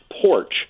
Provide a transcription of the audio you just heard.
porch